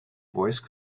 voice